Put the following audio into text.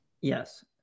yes